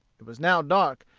it was now dark,